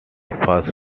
first